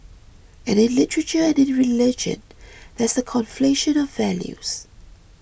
and in literature and in religion there's the conflation of values